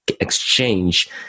exchange